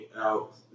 out